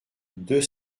deux